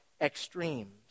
extremes